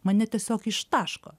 mane tiesiog ištaško